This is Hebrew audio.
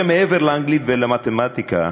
הרי מעבר לאנגלית ולמתמטיקה,